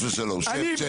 חס ושלום.